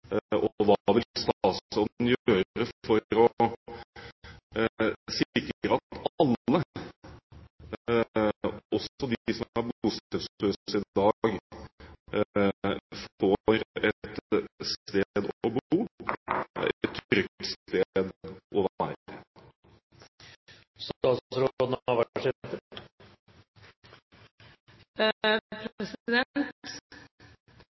Hva vil statsråden gjøre for å sikre at alle, også de som er bostedsløse i dag, får et sted å bo – et